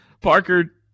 Parker